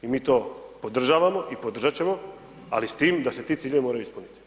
I mi to podržavamo i podržat ćemo, ali s tim da se ti ciljevi moraju ispuniti.